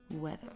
weather